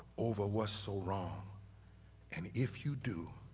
over what's so wrong and if you do,